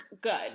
good